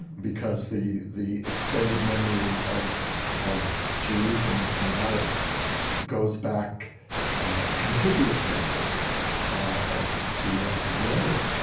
because the the extended memory of of jews and and arabs goes back a contiguous memory ah to to millennia.